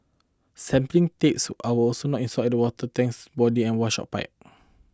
sampling taps are also not installed at the water tank's body and washout pipe